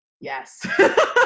Yes